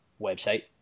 website